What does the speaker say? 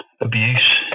abuse